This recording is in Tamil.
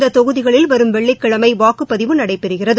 இந்த தொகுதிகளில் வரும் வெள்ளிக்கிழமை வாக்குப்பதிவு நடைபெறுகிறது